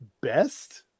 best